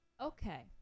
okay